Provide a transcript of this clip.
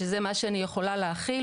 שזה מה שאני יכולה להכיל,